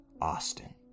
Austin